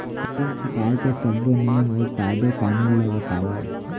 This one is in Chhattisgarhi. ऋण चुकाए के सब्बो नियम अऊ कायदे कानून ला बतावव